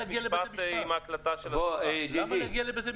לבית משפט עם ההקלטה --- למה להגיע לבתי-משפט?